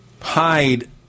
hide